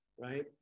right